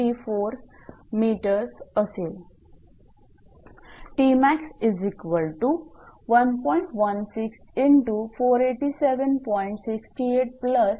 934 𝑚 असेल